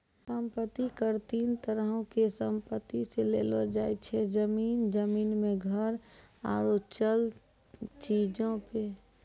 सम्पति कर तीन तरहो के संपत्ति से लेलो जाय छै, जमीन, जमीन मे घर आरु चल चीजो पे